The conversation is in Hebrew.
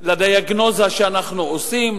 לדיאגנוזה שאנחנו עושים,